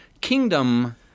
Kingdom